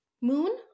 moon